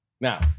Now